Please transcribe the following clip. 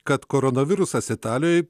kad koronavirusas italijoj